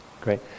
great